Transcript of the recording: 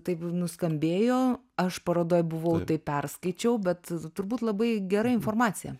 taip nuskambėjo aš parodoj buvau taip perskaičiau bet turbūt labai gera informacija